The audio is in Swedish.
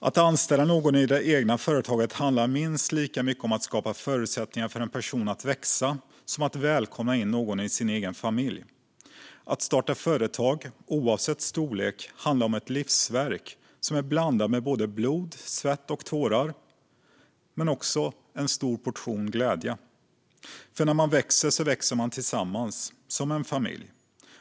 Att anställa någon i det egna företaget handlar minst lika mycket om att skapa förutsättningar för en annan person att växa som att välkomna någon in i sin egen familj. Att starta företag, oavsett storlek, handlar om att skapa ett livsverk och är blandat med blod, svett och tårar och självklart en stor portion glädje. När man växer växer man nämligen tillsammans, som en familj.